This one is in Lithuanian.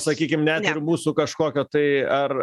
sakykim net ir mūsų kažkokio tai ar